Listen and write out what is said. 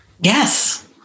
Yes